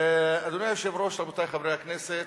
אדוני היושב-ראש, רבותי חברי הכנסת,